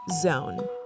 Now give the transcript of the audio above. zone